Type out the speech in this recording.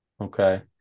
Okay